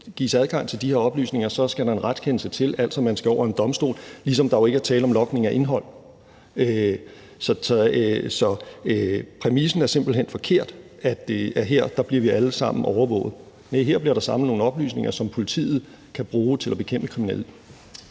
gives adgang til de her oplysninger, skal der en retskendelse til, altså skal man via en domstol – ligesom der jo ikke er tale om logning af indhold. Så præmissen er simpelt hen forkert, altså at vi her alle sammen bliver overvåget. Næh, her bliver der samlet nogle oplysninger, som politiet kan bruge til at bekæmpe kriminelle.